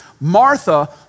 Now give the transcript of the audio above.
Martha